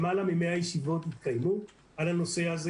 למעלה מ-100 ישיבות התקיימו על הנושא הזה